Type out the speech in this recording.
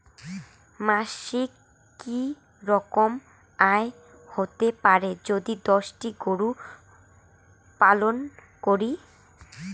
মাসিক কি রকম আয় হতে পারে যদি দশটি গরু পালন করি?